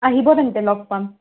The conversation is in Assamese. আহিব তেন্তে লগ পাম